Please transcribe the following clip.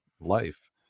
life